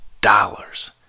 dollars